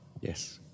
yes